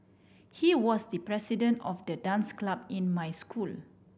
he was the president of the dance club in my school